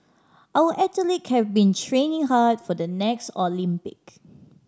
our athlete have been training hard for the next Olympic